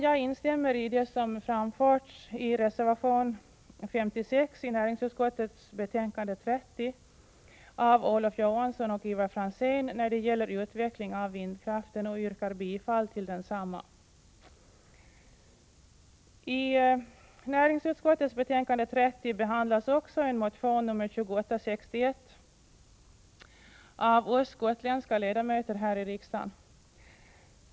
Jag instämmer i det som framförs i reservation 56 till näringsutskottets betänkande 30 av Olof Johansson och Ivar Franzén när det I näringsutskottets betänkande 30 behandlas också motion 2861 av oss gotländska ledamöter här i riksdagen.